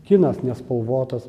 kinas nespalvotas